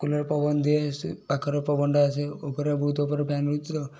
cooler ପବନ ଦିଏ ପାଖରେ ପବନଟା ଆସେ ଉପରେ ବହୁତ ଉପରେ ଫ୍ୟାନ୍ ରହୁଛି ତ